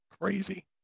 Crazy